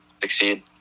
succeed